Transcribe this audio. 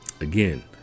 Again